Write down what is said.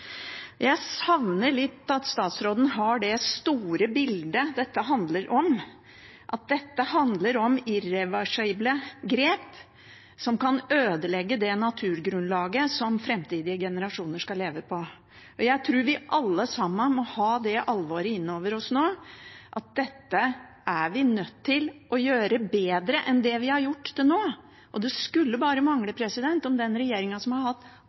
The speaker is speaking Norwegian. Jeg savner litt at statsråden har det store bildet av hva dette handler om. Det handler om irreversible grep som kan ødelegge det naturgrunnlaget framtidige generasjoner skal leve på. Jeg tror vi alle sammen må ta det alvoret inn over oss, og at vi er nødt til å gjøre dette bedre enn det vi har gjort til nå. Det skulle bare mangle at regjeringen, som aldri har hatt